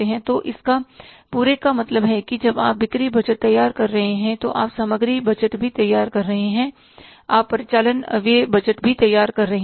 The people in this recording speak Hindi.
तो इसका पूरे मामले का मतलब है कि जब आप बिक्री बजट तैयार कर रहे हैं तो आप सामग्री बजट तैयार कर रहे हैं आप परिचालन व्यय बजट तैयार कर रहे हैं